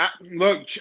Look